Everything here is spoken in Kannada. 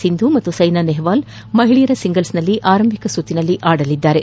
ಸಿಂಧು ಮತ್ತು ಸೈನಾ ನೆಹ್ವಾಲ್ ಮಹಿಳೆಯರ ಸಿಂಗಲ್ಸ್ನಲ್ಲಿ ಆರಂಭಿಕ ಸುತ್ತಿನಲ್ಲಿ ಆಡಲಿದ್ದಾರೆ